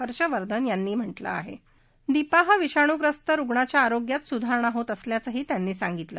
हर्षवर्धन यांनी म्हटलं आह ज़संच निपाह विषाणु ग्रस्त रुग्णाच्या आरोग्यात सुधारणा होत असल्याचं त्यांनी सांगितलं